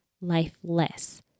lifeless